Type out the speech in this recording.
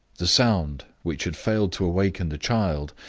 the sound, which had failed to awaken the child,